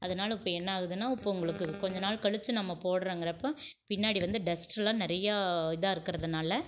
அதனால் இப்போ என்ன ஆகுதுன்னா இப்போ உங்களுக்கு கொஞ்ச நாள் கழித்து நம்ம போடுறோங்கிறப்ப பின்னாடி வந்து டஸ்ட்டெலாம் நிறையா இதாக இருக்கிறதுனால